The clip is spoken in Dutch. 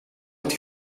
het